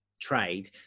trade